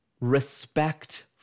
respect